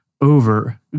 over